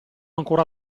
ancora